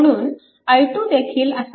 म्हणून i2 देखील असा वाहत आहे